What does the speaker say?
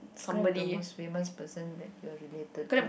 describe the most famous person that you're related to